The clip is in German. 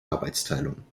arbeitsteilung